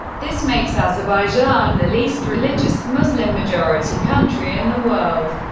this makes azerbaijan the least religious muslim-majority country in the world.